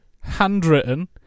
handwritten